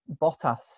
Bottas